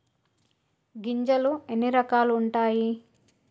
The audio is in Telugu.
గింజలు ఎన్ని రకాలు ఉంటాయి?